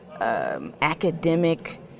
academic